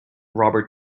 robert